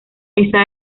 esa